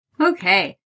Okay